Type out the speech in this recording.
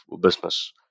business